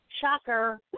Shocker